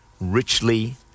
richly